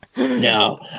No